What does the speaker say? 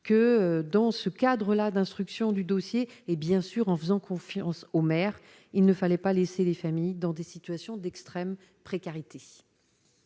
que dans ce cadre-là d'instruction du dossier et bien sûr en faisant confiance au maire, il ne fallait pas laisser les familles dans des situations d'extrême précarité.